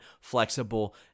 flexible